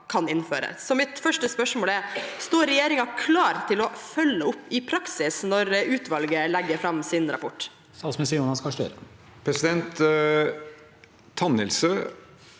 kan innføres. Så mitt første spørsmål er: Står regjeringen klar til å følge opp i praksis når utvalget legger fram sin rapport? Statsminister Jonas Gahr Støre Tann- helse